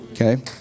Okay